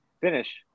finish